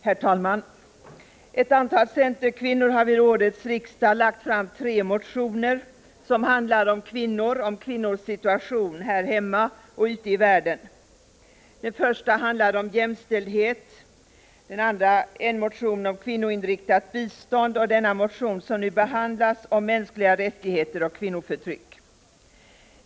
Herr talman! Ett antal centerkvinnor har vid årets riksdag lagt fram tre motioner som handlar om kvinnor och kvinnors situation här hemma och ute i världen. Den första motionen handlar om jämställdhet, en av dem handlar om kvinnoinriktat bistånd, och den motion som nu behandlas handlar om mänskliga rättigheter och kvinnoförtryck.